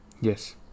Yes